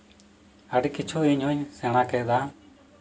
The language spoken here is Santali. ᱟᱹᱰᱤ ᱠᱤᱪᱷᱩ ᱤᱧ ᱦᱚᱧ ᱥᱮᱬᱟ ᱠᱮᱫᱟ